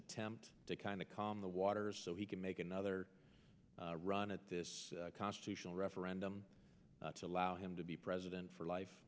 attempt to kind of calm the waters so he can make another run at this constitutional referendum allow him to be president for